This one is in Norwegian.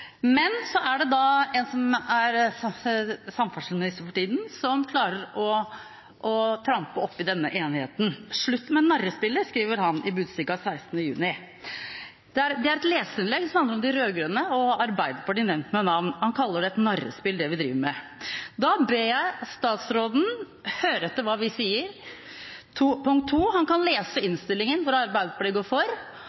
Men så er det en som er samferdselsminister for tida, som klarer å trampe oppi denne enigheten. «Slutt narrespillet», skriver han i Budstikka 16. juni. Det er et leserinnlegg som handler om de rød-grønne, og Arbeiderpartiet er nevnt ved navn. Han kaller det narrespill, det vi driver med. Da ber jeg statsråden høre etter hva vi sier. Han kan også lese